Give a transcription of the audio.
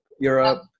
Europe